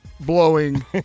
blowing